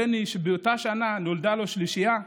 בני, שבאותה שנה נולדה לו שלישייה,